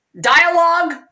dialogue